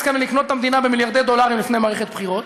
כאן ולקנות את המדינה במיליארדי דולרים לפני מערכת בחירות,